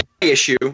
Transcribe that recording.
issue